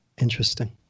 Interesting